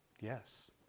Yes